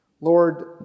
Lord